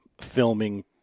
filming